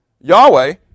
Yahweh